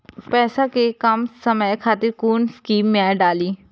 पैसा कै कम समय खातिर कुन स्कीम मैं डाली?